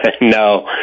No